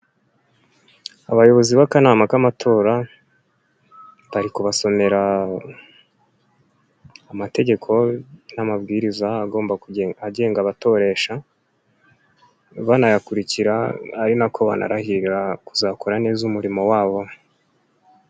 Abayobozi b'akanama k'amatora, bari kubasomera amategeko n'amabwiriza, agenga abatoresha, banayakurikira, ari nako banarahira, kuzakora neza umurimo wabo.